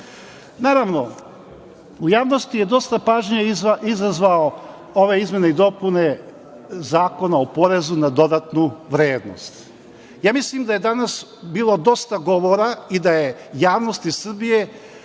imamo. Naravno, u javnosti su dosta pažnje izazvale izmene i dopune Zakona o porezu na dodatnu vrednosti. Mislim da je danas bilo dosta govora, i da je javnosti Srbije